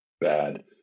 bad